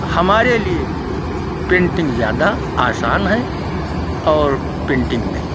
हमारे लिए पेन्टिन्ग ज़्यादा आसान है और पेन्टिन्ग नहीं